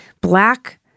black